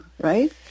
right